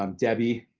um debbie.